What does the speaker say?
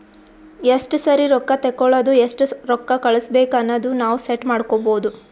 ಎಸ್ಟ ಸರಿ ರೊಕ್ಕಾ ತೇಕೊಳದು ಎಸ್ಟ್ ರೊಕ್ಕಾ ಕಳುಸ್ಬೇಕ್ ಅನದು ನಾವ್ ಸೆಟ್ ಮಾಡ್ಕೊಬೋದು